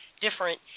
different